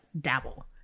dabble